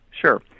Sure